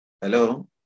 Hello